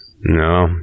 no